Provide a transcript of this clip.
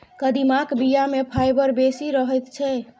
कदीमाक बीया मे फाइबर बेसी रहैत छै